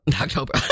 October